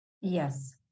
Yes